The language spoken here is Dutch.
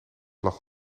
lag